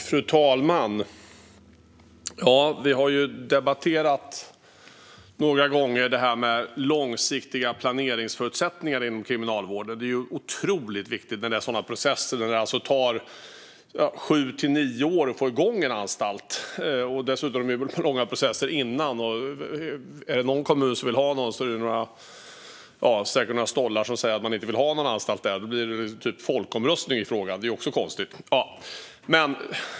Fru talman! Vi har debatterat det här med långsiktiga planeringsförutsättningar inom kriminalvården några gånger. Det är otroligt viktigt när det är sådana processer där det alltså tar sju till nio år att få igång en anstalt och det dessutom är långa processer innan dess. Är det någon kommun som vill ha en anstalt finns det säkert några stollar som säger att de inte vill ha det, och så blir det typ folkomröstning i frågan. Det är också konstigt.